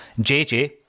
JJ